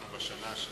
אנחנו בשנה השלישית,